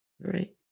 right